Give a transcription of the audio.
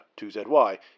2ZY